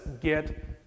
get